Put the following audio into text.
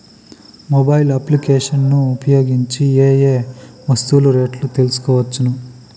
Mobile applications ను ఉపయోగించి ఏ ఏ వస్తువులు రేట్లు తెలుసుకోవచ్చును?